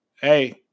hey